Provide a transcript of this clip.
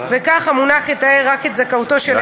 וכך המונח יתאר רק את זכאותו של הילד לגמלה.